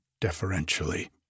Deferentially